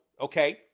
Okay